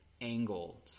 angle